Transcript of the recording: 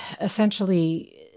essentially